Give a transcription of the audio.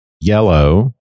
yellow